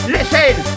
Listen